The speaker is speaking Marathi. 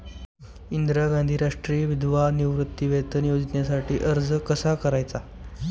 इंदिरा गांधी राष्ट्रीय विधवा निवृत्तीवेतन योजनेसाठी अर्ज कसा करायचा?